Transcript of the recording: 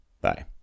Bye